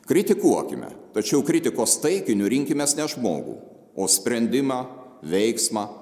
kritikuokime tačiau kritikos taikiniu rinkimės ne žmogų o sprendimą veiksmą